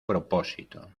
propósito